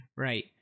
Right